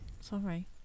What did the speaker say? Sorry